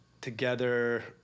together